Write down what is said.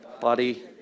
body